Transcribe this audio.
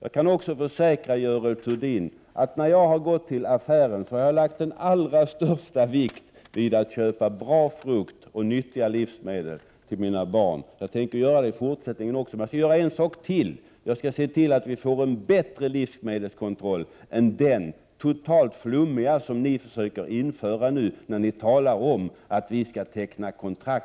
Jag kan också försäkra Görel Thurdin, att när jag har gått till affären har jag lagt den allra största vikt vid att köpa bra frukt och nyttiga livsmedel till mina barn och jag skall göra det i fortsättningen också. Men jag skall göra en sak till: Jag skall se till att en bättre livsmedelskontroll införs än den totalflummiga som ni nu försöker införa när ni talar om att kontrakt skall tecknas